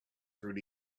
through